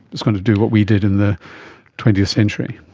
it's going to do what we did in the twentieth century.